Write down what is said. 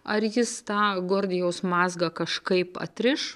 ar jis tą gordijaus mazgą kažkaip atriš